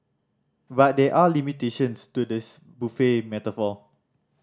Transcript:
but there are limitations to this buffet metaphor